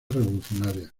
revolucionaria